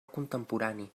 contemporani